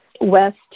west